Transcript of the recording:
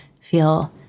feel